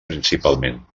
principalment